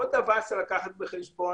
עוד דבר שצריך לקחת בחשבון,